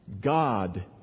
God